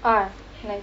ah